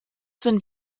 sind